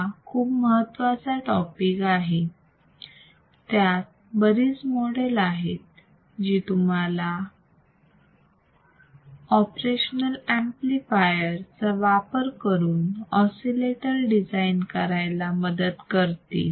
हा खूप महत्वा चा टॉपिक आहे यात बरीच मॉड्यूल आहेत जी तुम्हाला ऑपरेशनाल अंपलिफायर चा वापर करून ओसीलेटर डिझाईन करायला मदत करतील